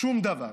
שום דבר.